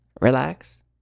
relax